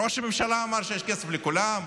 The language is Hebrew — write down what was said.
ראש הממשלה אמר שיש כסף לכולם,